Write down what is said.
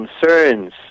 concerns